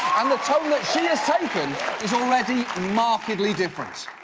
and the tone that she has taken is already markedly different.